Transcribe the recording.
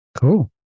cool